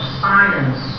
science